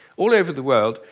all over the world,